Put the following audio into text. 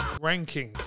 ranking